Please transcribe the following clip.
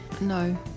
No